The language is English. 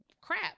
crap